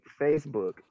Facebook